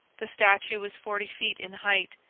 the statue was forty feet in height,